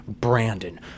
Brandon